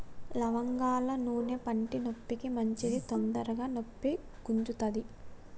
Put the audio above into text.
లవంగాల నూనె పంటి నొప్పికి మంచిది తొందరగ నొప్పి గుంజుతది